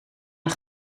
nog